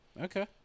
Okay